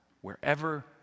wherever